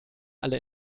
alle